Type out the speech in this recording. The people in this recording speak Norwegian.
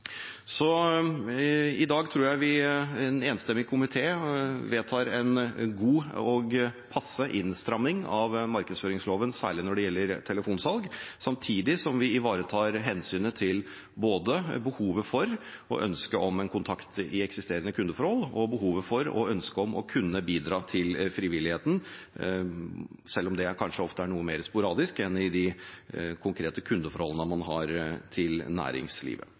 Så i dag tror jeg en enstemmig komité vedtar en god og passelig innstramming av markedsføringsloven, særlig når det gjelder telefonsalg, samtidig som vi ivaretar hensynet til både behovet for og ønsket om en kontakt i eksisterende kundeforhold og behovet for og ønsket om å kunne bidra til frivilligheten, selv om det ofte kanskje er noe mer sporadisk enn i de konkrete kundeforholdene man har til næringslivet.